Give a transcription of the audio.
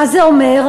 מה זה אומר?